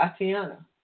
Atiana